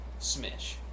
Smish